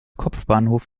kopfbahnhof